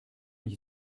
ich